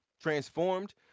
transformed